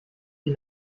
die